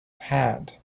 had